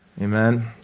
Amen